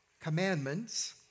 commandments